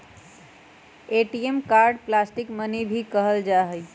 ATM card के plastic money भी कहल जाहई